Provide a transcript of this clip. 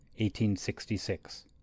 1866